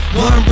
one